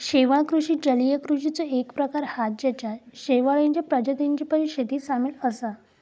शेवाळ कृषि जलीय कृषिचो एक प्रकार हा जेच्यात शेवाळींच्या प्रजातींची पण शेती सामील असा